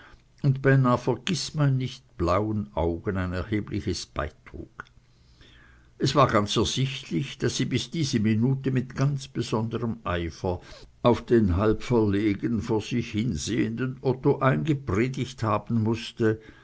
und beinah vergißmeinnichtblauen augen ein erhebliches beitrug es war ganz ersichtlich daß sie bis diese minute mit ganz besonderem eifer auf den halb verlegen vor sich hin sehenden otto eingepredigt haben mußte